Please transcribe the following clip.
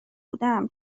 بودم